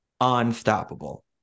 unstoppable